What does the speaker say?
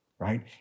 Right